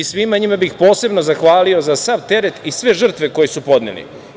Svima njima bih posebno zahvalio za sav teret i sve žrtve koje su podneli.